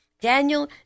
Daniel